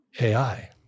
AI